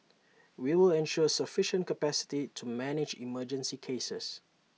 we will ensure sufficient capacity to manage emergency cases